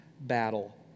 battle